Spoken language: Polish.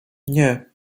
nie